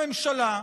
רק הפעם כשר האוצר?